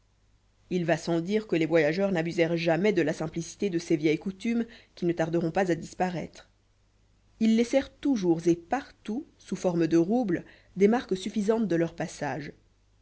il va sans dire que les voyageurs n'abusèrent jamais de la simplicité de ces vieilles coutumes qui ne tarderont pas à disparaître ils laissèrent toujours et partout sous forme de roubles des marques suffisantes de leur passage